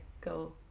go